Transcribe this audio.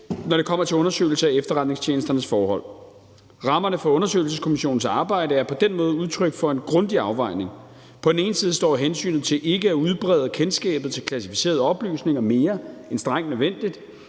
når det kommer til undersøgelse af efterretningstjenesternes forhold. Rammerne for undersøgelseskommissionens arbejde er på den måde udtryk for en grundig afvejning. På den ene side står hensynet til ikke at udbrede kendskabet til klassificerede oplysninger mere end strengt nødvendigt,